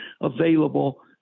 available